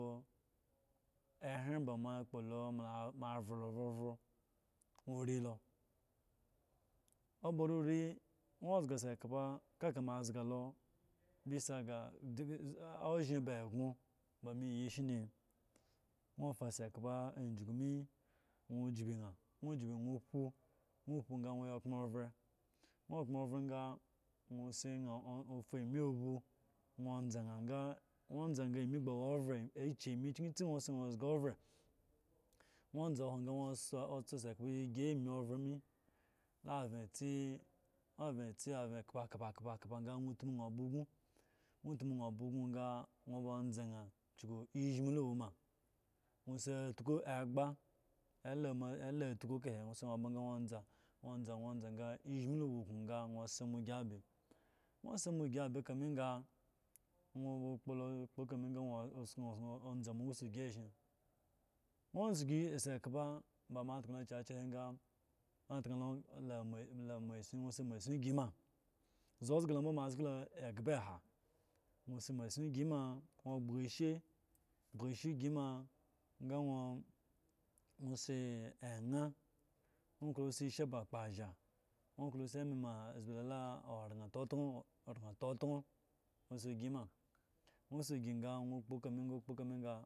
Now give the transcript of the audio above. ehre moa akpolo mo avo lo vovo nwo ori lo omba riri eka moa azya sikpa ozhi ba eno me yi shne ña ofa sikpa a jugu me nwo jikpi ña ga nwo kpo awo kpo ga nwo ogbon ove ga nwo si na si ami akpa nwo za nwo za na g ami ove eki ami ba si ña ga ove nwo onza owo sa ndo tso sikpa ogi ami ove me aven tsi kampakampa nwo ba nza ña sku eshiimu ya ewoma nwo si atuma enye ekpe ek he nwo si ña oba ga nwo onza nwo onza eshimu ya ewo uku ga nwo si ogi ape nwo si na sipe kame ga kpo kame ga onza ga si ña si eshin nwo zgi sikpa ba moa atam lo caca kahe ga ban lo la masin si masin sma zga ozga lo awo egba h si masin gima sa gbaga ebra si ma ga nwo si anyan nwo klo osi eshre ba kpashla nwo klo oshri eme moa abzee aran kpakpa sa gima osigima ga